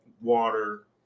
water